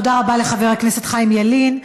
תודה רבה לחבר הכנסת חיים ילין.